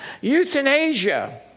Euthanasia